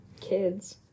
kids